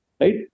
Right